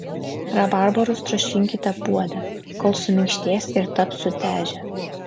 rabarbarus troškinkite puode kol suminkštės ir taps sutežę